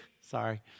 sorry